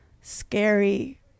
scary